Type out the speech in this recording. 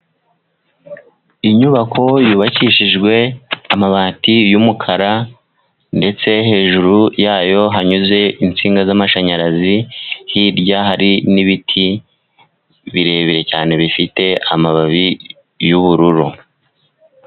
Inyubako yubakishijwe amabati y'umukara, ndetse hejuru yayo hanyuze insinga z'amashanyarazi. Hirya hari n'ibiti birebire cyane, bifite amababi y'ubururu.